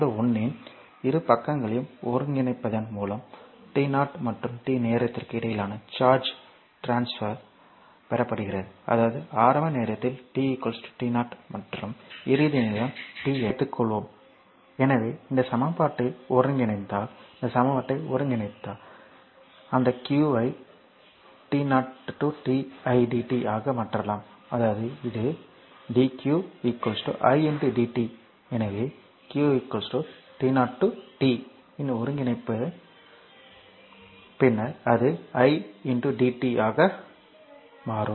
சமன்பாடு 1 இன் இரு பக்கங்களையும் ஒருங்கிணைப்பதன் மூலம் t0 மற்றும் t நேரத்திற்கு இடையிலான சார்ஜ் ட்ரான்ஸபர் பெறப்படுகிறது அதாவது ஆரம்ப நேரத்தில் t t 0 மற்றும் இறுதி நேரம் t என வைத்துக்கொள்வோம் எனவே இந்த சமன்பாட்டை ஒருங்கிணைத்தால் இந்த சமன்பாட்டை ஒருங்கிணைத்தால் அந்த q ஐ t 0 to t idt ஆக மாற்றலாம் அதாவது இது dq i dt எனவே q t 0 to t இன் ஒருங்கிணைப்பு பின்னர் idt அகப்படும்